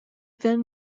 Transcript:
then